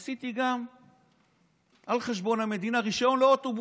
עשיתי על חשבון המדינה גם רישיון לאוטובוס,